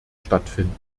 stattfinden